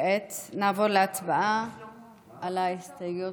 כעת נעבור להצבעה על ההסתייגויות.